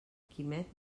quimet